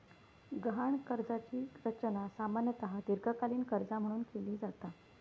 गहाण कर्जाची रचना सामान्यतः दीर्घकालीन कर्जा म्हणून केली जाता